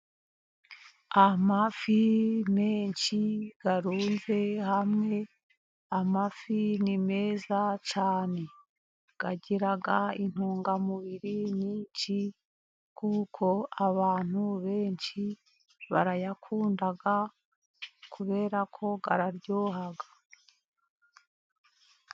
Amafi menshi arunze hamwe, amafi ni meza cyane agira intungamubiri nyinshi kuko abantu benshi barayakunda kubera ko aryoha.